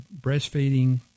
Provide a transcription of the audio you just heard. breastfeeding